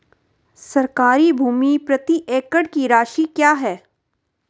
सरकारी भूमि प्रति एकड़ की राशि क्या है?